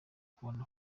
abona